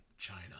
China